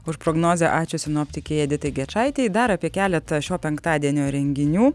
už prognozę ačiū sinoptikei editai gečaitei dar apie keletą šio penktadienio renginių